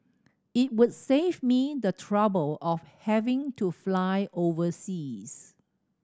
it would save me the trouble of having to fly overseas